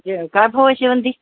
ज काय भाव आहे शेवंती